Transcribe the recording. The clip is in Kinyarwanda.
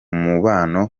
mubano